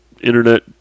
Internet